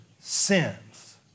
sins